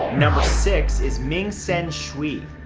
number six is ming sen shiue.